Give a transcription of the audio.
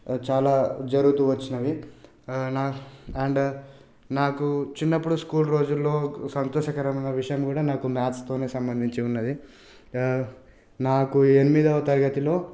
నేను చాలా జరుగుతూ వచ్చినవి నాన్ అండ్ నాకు చిన్నప్పుడు స్కూల్ రోజులో సంతోషకరమైన విషయం కూడా నాకు మ్యాథ్స్తొనే సంబంధించి ఉన్నది నాకు ఎనిమిదివ తరగతిలో